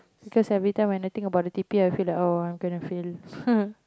because every time when I think about the detail I feel like oh I'm going to fail